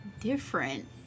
different